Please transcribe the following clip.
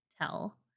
tell